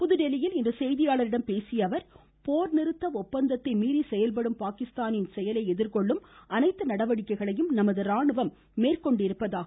புதுதில்லியில் இன்று செய்தியாளர்களிடம் பேசிய அவர் போர் நிறுத்த ஒப்பந்தத்தை மீறி செயல்படும் பாகிஸ்தானின் செயலை எதிர்கொள்ளும் அனைத்து நடவடிக்கைகளையும் ராணுவம் மேற்கொண்டிருப்பதாக குறிப்பிட்டார்